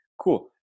Cool